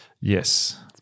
Yes